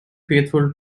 faithful